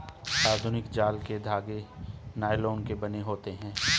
आधुनिक जाल के धागे नायलोन के बने होते हैं